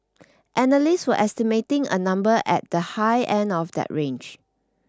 analysts were estimating a number at the high end of that range